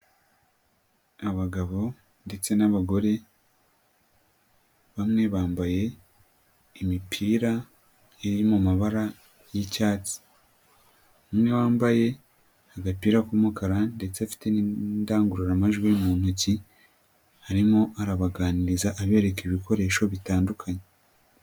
Abagabo ndetse n'abagore, bamwe bambaye imipira iri mu mabara y'icyatsi, umwe wambaye agapira k'umukara ndetse afite n'indangururamajwi mu ntoki, arimo arabaganiriza abereka ibikoresho bitandukanye.